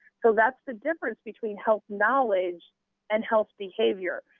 so that's the difference between health knowledge and health behavior.